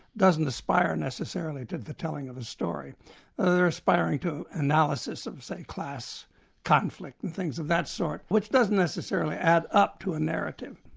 doesn't aspire necessarily to the telling of a story they're aspiring to analysis of, say, class conflict and things of that sort, which doesn't necessarily add up to a narrative.